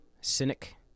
cynic